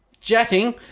Jacking